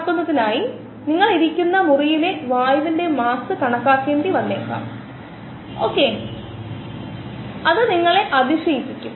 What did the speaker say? അവയവങ്ങൾ നിർമ്മിക്കുന്നതിന് ബയോ റിയാക്ടറുകൾ എങ്ങനെ ഉപയോഗിക്കുന്നു എന്നതിനെക്കുറിച്ച് ഇത് നമുക്ക് ചില ആശയങ്ങൾ നൽകുന്നു